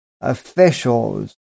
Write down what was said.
officials